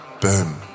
boom